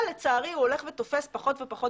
אבל לצערי הוא הולך ותופס פחות ופחות